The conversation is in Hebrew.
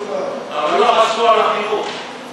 אבל לא חשבו על החינוך,